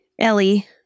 Ellie